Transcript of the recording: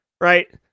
right